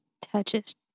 touches